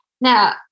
Now